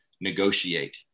negotiate